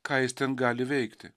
ką jis ten gali veikti